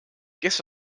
kes